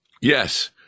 Yes